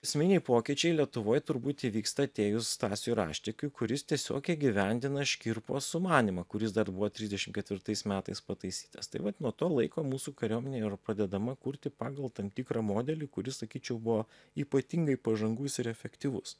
esminiai pokyčiai lietuvoj turbūt įvyksta atėjus stasiui raštikiui kuris tiesiog įgyvendina škirpos sumanymą kuris dar buvo trisdešim ketvirtais metais pataisytas tai vat nuo to laiko mūsų kariuomenė yra pradedama kurti pagal tam tikrą modelį kuris sakyčiau buvo ypatingai pažangus ir efektyvus